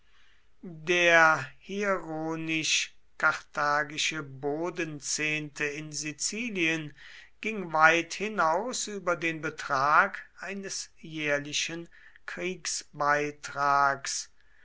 der hieronisch karthagische bodenzehnte in sizilien ging weit hinaus über den betrag eines jährlichen